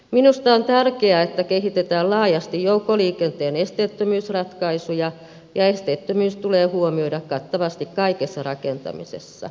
minusta on tärkeää että kehitetään laajasti joukkoliikenteen esteettömyysratkaisuja ja esteettömyys tulee huomioida kattavasti kaikessa rakentamisessa